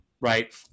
right